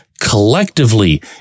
collectively